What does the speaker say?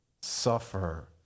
suffer